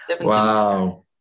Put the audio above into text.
Wow